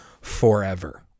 forever